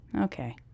Okay